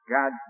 God